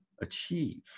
achieve